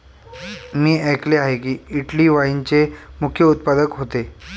मी ऐकले आहे की, इटली वाईनचे मुख्य उत्पादक होते